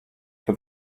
for